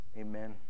Amen